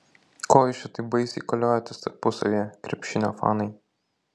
ko jūs čia taip baisiai koliojatės tarpusavyje krepšinio fanai